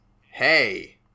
hey